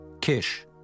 Kish